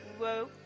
Whoa